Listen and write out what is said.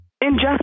Injustice